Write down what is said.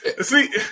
See